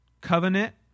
covenant